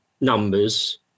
numbers